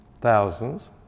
thousands